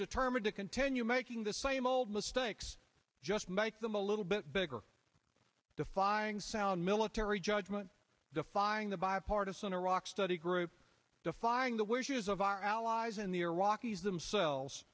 determined to continue making the same old mistakes just make them a little bit bigger the flying sound military judgment the flying the bipartisan iraq study group the flying the wishes of our allies in the iraq ease themselves